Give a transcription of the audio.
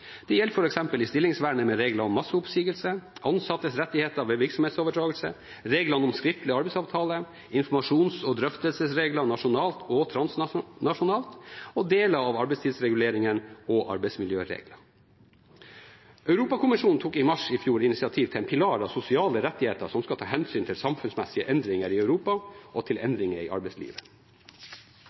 Det gjelder f.eks. i stillingsvernet med reglene om masseoppsigelse, ansattes rettigheter ved virksomhetsoverdragelse, reglene om skriftlig arbeidsavtale, informasjons- og drøftelsesregler nasjonalt og transnasjonalt og deler av arbeidstidsreguleringene og arbeidsmiljøregler. Europakommisjonen tok i mars i fjor initiativ til en pilar av sosiale rettigheter som skal ta hensyn til samfunnsmessige endringer i Europa og til endringer i arbeidslivet.